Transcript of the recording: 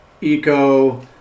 eco